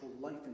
life